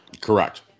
Correct